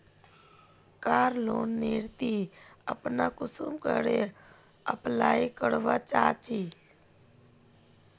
कार loan नेर ती अपना कुंसम करे अप्लाई करवा चाँ चची?